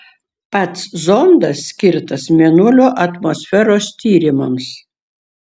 pats zondas skirtas mėnulio atmosferos tyrimams